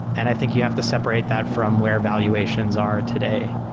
and i think you have to separate that from where valuations are today.